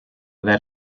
that